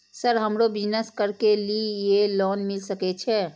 Sir हमरो business करके ली ये लोन मिल सके छे?